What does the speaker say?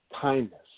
kindness